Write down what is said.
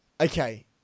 okay